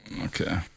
Okay